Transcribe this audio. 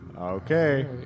Okay